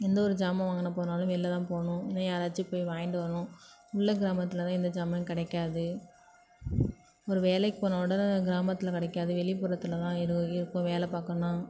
எந்த ஒரு ஜாமான் வாங்குன போனாலும் வெளில தான் போகணும் இல்லை யாராச்சும் போய் வாங்கிட்டு வரணும் உள்ளே கிராமத்தில் தான் எந்த ஜாமானும் கிடைக்காது ஒரு வேலைக்குப் போனால் கூட கிராமத்தில் கிடைக்காது வெளிப்புறத்தில் தான் இரு இருக்கும் வேலை பார்க்கணுன்னா